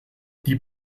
die